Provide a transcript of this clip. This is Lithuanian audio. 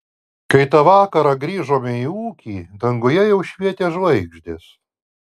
kai tą vakarą grįžome į ūkį danguje jau švietė žvaigždės